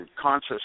conscious